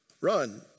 run